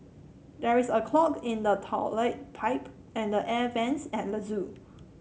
there is a clog in the toilet pipe and the air vents at the zoo